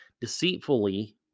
deceitfully